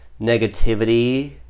negativity